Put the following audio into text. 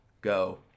go